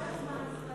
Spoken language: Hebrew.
מה היוזמה הישראלית?